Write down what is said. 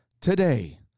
today